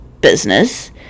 business